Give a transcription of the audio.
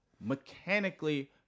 mechanically